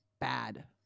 bad